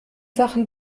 sachen